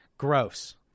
Gross